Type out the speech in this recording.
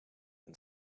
and